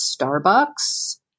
Starbucks